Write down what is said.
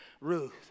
Ruth